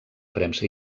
premsa